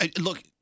Look